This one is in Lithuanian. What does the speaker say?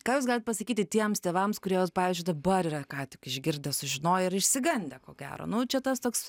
ką jūs galit pasakyti tiems tėvams kurie vat pavyzdžiui dabar yra ką tik išgirdę sužinoję ir išsigandę ko gero nu čia tas toks